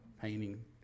painting